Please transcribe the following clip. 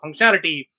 functionality